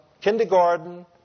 kindergarten